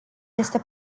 este